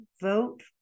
vote